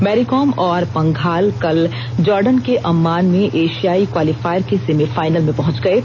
मैरीकॉम और पंघाल कल जॉर्डन के अम्मान में एशियाई क्वालीफायर के सेमीफाइनल में पहुंच गये